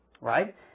right